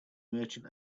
merchant